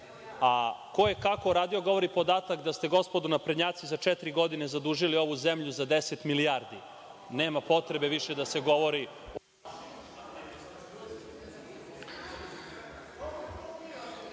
A ko je kako radio govori podatak da ste, gospodo naprednjaci, za četiri godine zadužili ovu zemlju za deset milijardi. Nema potrebe više da se govori